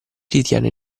ritiene